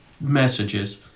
messages